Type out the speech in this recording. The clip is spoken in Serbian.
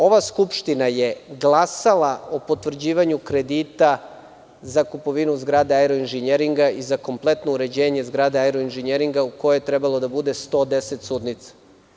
Ova Skupština je glasala o potvrđivanju kredita za kupovinu zgrade „Aeroinženjeringa“ i za kompletno uređenje zgrade „Aeroinženjeringa“, u kojoj je trebalo da bude 110 sudnica.